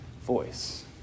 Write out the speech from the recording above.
voice